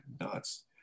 nuts